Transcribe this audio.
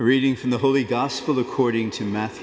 reading from the holy gospel according to mat